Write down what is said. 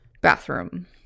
bathroom